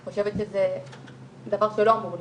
אני חושבת שזה דבר שלא אמור להיות,